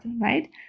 right